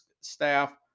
staff